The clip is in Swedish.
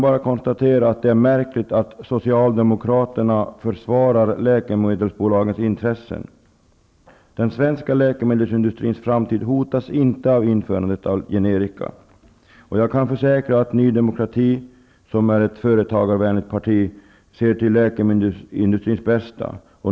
Det är märkligt att Socialdemokraterna försvarar läkemedelsbolagens intressen. Den svenska läkemedelsindustrins framtid hotas inte av införandet av generika. Jag kan försäkra att Ny demokrati, som är ett företagarvänligt parti, ser till läkemedelsindustrins bästa.